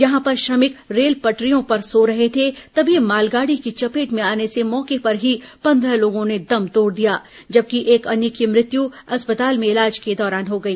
यहां पर श्रमिक रेल पटरियों पर सो रहे थे तभी मालगाड़ी की चपेट में आने से मौके पर ही पंदह लोगों ने दम तोड़ दिया जबकि एक अन्य की मृत्यु अस्पताल में इलाज के दौरान हो गई